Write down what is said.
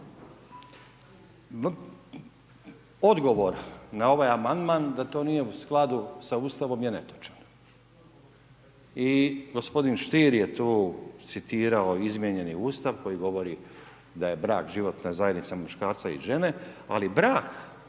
Odgovor na ovaj Amandman da to nije u skladu sa Ustavom je netočan i gospodin Štir je tu citirao izmijenjeni Ustav koji govori da je brak životna zajednica muškarca i žene, ali brak